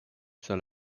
sur